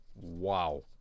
Wow